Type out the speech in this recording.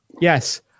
Yes